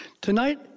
tonight